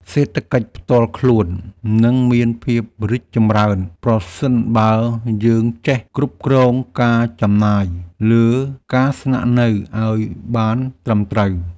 សេដ្ឋកិច្ចផ្ទាល់ខ្លួននឹងមានភាពរីកចម្រើនប្រសិនបើយើងចេះគ្រប់គ្រងការចំណាយលើការស្នាក់នៅឱ្យបានត្រឹមត្រូវ។